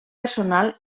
personal